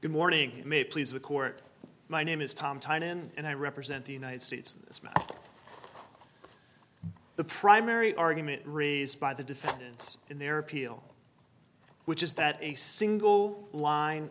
good morning may please the court my name is tom tynan and i represent the united states the primary argument raised by the defendants in their appeal which is that a single line